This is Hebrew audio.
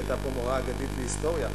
שהיתה פה מורה אגדית להיסטוריה,